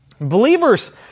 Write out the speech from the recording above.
Believers